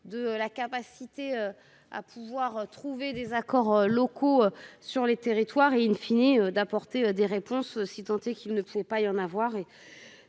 De la capacité à pouvoir trouver des accords locaux sur les territoires et une finit d'apporter des réponses si tenté qu'il ne pouvait pas y en avoir